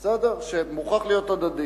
כי זה מוכרח להיות הדדי.